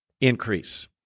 increase